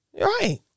Right